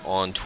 on